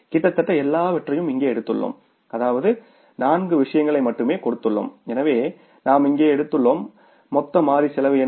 எனவே கிட்டத்தட்ட எல்லாவற்றையும் இங்கே எடுத்துள்ளோம் அதாவது நான்கு விஷயங்களை மட்டுமே கொடுத்துள்ளோம் எனவே நாம் இங்கே எடுத்துள்ளோம் மொத்த மாறி செலவு என்ன